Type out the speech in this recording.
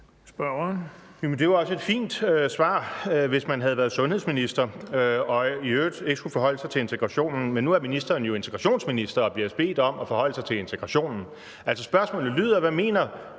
Det er jo også et fint svar, hvis man havde været sundhedsminister og i øvrigt ikke skulle forholde sig til integrationen. Men nu er ministeren jo integrationsminister og bliver bedt om at forholde sig til integrationen. Altså, spørgsmålet lyder: Hvad mener